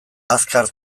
azkar